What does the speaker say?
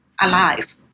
alive